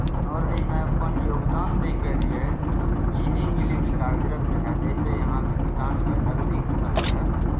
आओर एहिमे अपन योगदान दैके लिए चीनी मिल भी कार्यरत रहए जाहिसँ यहाँके किसानकेँ नगदी फसलके